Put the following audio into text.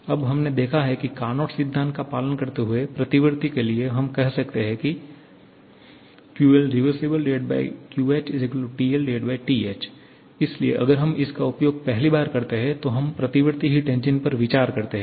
अब हमने देखा है कि कार्नोट सिद्धांत का पालन करते हुए प्रतिवर्ती के लिए हम कह सकते हैं कि QLrevQHTLTH इसलिए अगर हम इसका उपयोग पहली बार करते हैं तो हम प्रतिवर्ती हिट इंजन पर विचार करते हैं